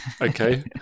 okay